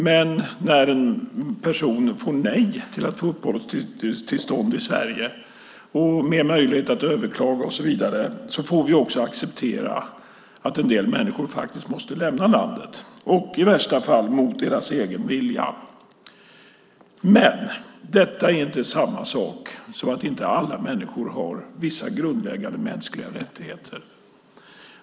Men när en person får nej på sin ansökan om uppehållstillstånd i Sverige efter möjlighet att överklaga och så vidare får vi också acceptera att en del människor måste lämna landet och i värsta fall mot deras egen vilja. Detta är inte samma sak som att inte alla människor har vissa grundläggande mänskliga rättigheter.